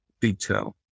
detail